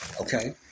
Okay